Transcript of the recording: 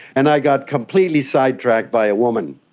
and i got completely side-tracked by a woman.